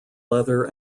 leather